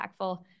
impactful